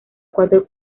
cuatro